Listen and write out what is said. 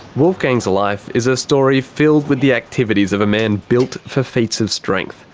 wolfgang's life is a story filled with the activities of a man built for feats of strength.